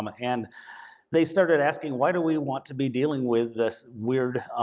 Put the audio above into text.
um and they started asking, why do we want to be dealing with this weird,